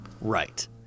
Right